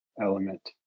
element